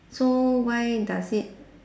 so why does it